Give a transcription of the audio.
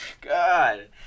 God